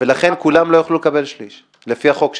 -- ולכן כולם לא יוכלו לקבל שליש לפי החוק שלנו.